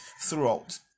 throughout